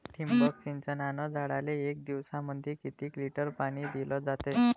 ठिबक सिंचनानं झाडाले एक दिवसामंदी किती लिटर पाणी दिलं जातं?